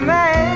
Man